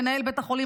מנהל בית החולים,